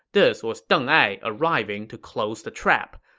this was deng ai arriving to close the trap.